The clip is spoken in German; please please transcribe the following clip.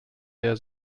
der